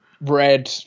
Red